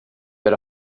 that